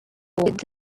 with